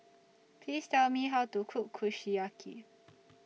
Please Tell Me How to Cook Kushiyaki